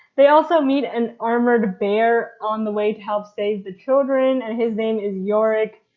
they also meet an armored bear on the way to help save the children and his name is iorek.